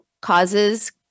causes